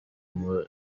muri